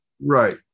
Right